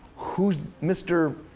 who's mr.